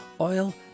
oil